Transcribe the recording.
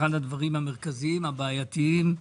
אחד הדברים המרכזיים, הבעייתיים,